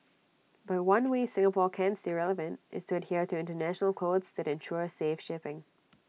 but one way Singapore can stay relevant is to adhere to International codes that ensure safe shipping